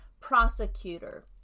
prosecutor